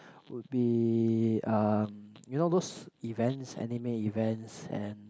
would be um you know those events anime events and